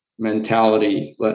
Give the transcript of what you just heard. Mentality